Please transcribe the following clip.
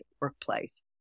workplace